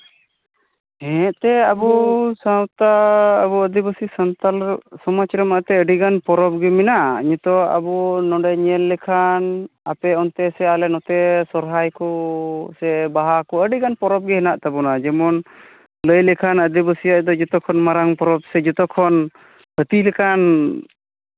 ᱦᱮᱸ ᱮᱱᱛᱮᱜ ᱟᱵᱚ ᱥᱟᱶᱛᱟ ᱟᱵᱚ ᱟᱹᱫᱤᱵᱟᱹᱥᱤ ᱥᱟᱶᱛᱟᱞ ᱥᱚᱢᱟᱡᱽ ᱨᱮᱢᱟ ᱮᱱᱛᱮᱜ ᱟᱹᱰᱤᱜᱟᱱ ᱯᱚᱨᱚᱵᱽ ᱜᱮ ᱢᱮᱱᱟᱜᱼᱟ ᱱᱤᱛᱚᱜ ᱱᱚᱸᱰᱮ ᱧᱮᱞ ᱞᱮᱠᱷᱟᱱ ᱟᱯᱮ ᱚᱱᱛᱮ ᱥᱮ ᱟᱞᱮ ᱱᱚᱛᱮ ᱥᱚᱨᱦᱟᱭ ᱠᱚ ᱥᱮ ᱵᱟᱦᱟ ᱠᱚ ᱟᱹᱰᱤ ᱜᱟᱱ ᱯᱚᱨᱚᱵᱽ ᱜᱮ ᱦᱮᱱᱟᱜ ᱛᱟᱵᱚᱱᱟ ᱡᱮᱢᱚᱱ ᱞᱟᱹᱭ ᱞᱮᱠᱷᱟᱱ ᱟᱹᱫᱤᱵᱟᱹᱥᱤᱭᱟᱜ ᱫᱚ ᱡᱚᱛᱚ ᱠᱷᱚᱱ ᱢᱟᱨᱟᱝ ᱯᱚᱨᱚᱵᱽ ᱥᱮ ᱡᱚᱛᱚᱠᱷᱚᱱ ᱦᱟᱹᱛᱤ ᱞᱮᱠᱟᱱ